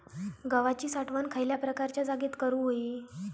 गव्हाची साठवण खयल्या प्रकारच्या जागेत करू होई?